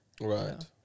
Right